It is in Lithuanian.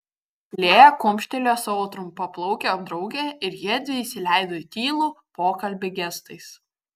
lėja kumštelėjo savo trumpaplaukę draugę ir jiedvi įsileido į tylų pokalbį gestais